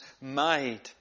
made